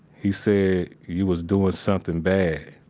he said you was doing something bad.